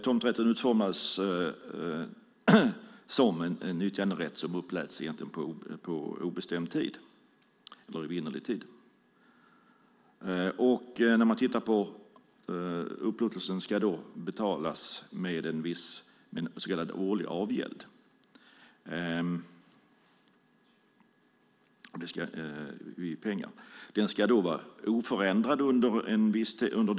Tomträtten utformades som en nyttjanderätt som uppläts på evinnerlig tid. Upplåtelsen ska betalas med en viss årlig avgäld i pengar. Den ska vara oförändrad under den tiden.